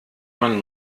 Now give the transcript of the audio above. man